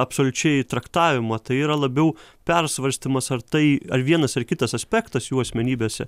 absoliučiai traktavimą tai yra labiau persvarstymas ar tai ar vienas ar kitas aspektas jų asmenybėse